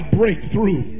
breakthrough